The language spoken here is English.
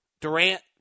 Durant